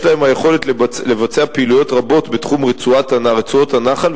יש להן היכולת לבצע פעילויות רבות בתחום רצועות הנחל,